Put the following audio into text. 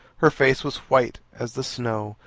her face was white as the snow,